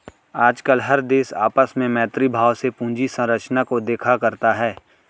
आजकल हर देश आपस में मैत्री भाव से पूंजी संरचना को देखा करता है